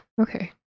Okay